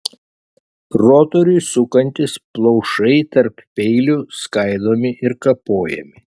rotoriui sukantis plaušai tarp peilių skaidomi ir kapojami